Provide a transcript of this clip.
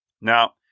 Now